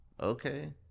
Okay